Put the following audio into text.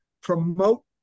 promote